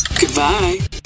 Goodbye